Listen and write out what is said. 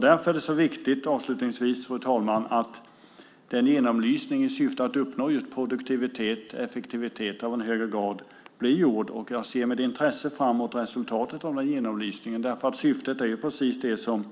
Därför är det avslutningsvis så viktigt, fru talman, att den genomlysning i syfte att uppnå just produktivitet och effektivitet av en högre grad blir gjord. Jag ser med intresse fram emot resultatet av genomlysningen, därför att syftet är ju precis det som